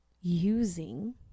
using